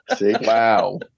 Wow